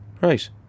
Right